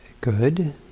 good